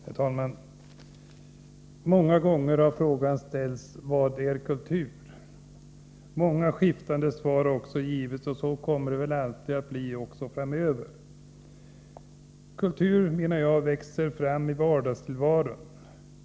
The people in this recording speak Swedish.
Herr talman! Många gånger har frågan ställts: Vad är kultur? Många skiftande svar har också givits, och så kommer det väl alltid att bli framöver. Kultur, menar jag, växer fram i vardagstillvaron.